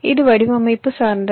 இது வடிவமைப்பு சார்ந்தது